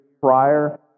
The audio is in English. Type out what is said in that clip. prior